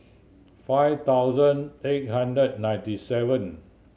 five thousand eight hundred ninety seven